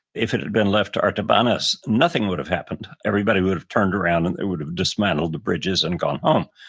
if it had been left to artabanus nothing would have happened. everybody would have turned around, and would have dismantled the bridges and gone home.